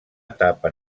etapa